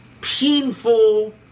painful